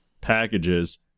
packages